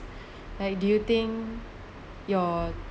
do you think your